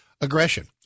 aggression